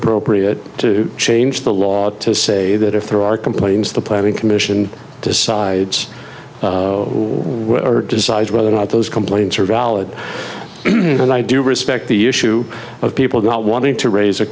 appropriate to change the law to say that if there are complaints the planning commission decides who decides whether or not those complaints are valid and i do respect the issue of people not wanting to raise